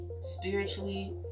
spiritually